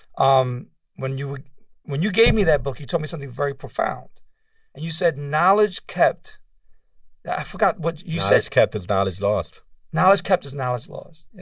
um when you when you gave me that book, you told me something very profound. and you said, knowledge kept i forgot what you said. knowledge kept is knowledge lost knowledge kept is knowledge lost.